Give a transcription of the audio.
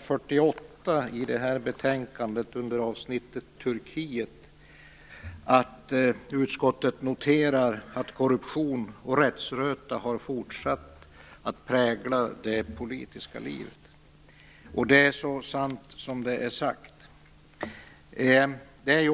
48 i betänkande, under avsnittet om Turkiet, står det att utskottet noterar att korruption och rättsröta har fortsatt att prägla det politiska livet. Det är så sant som det är sagt.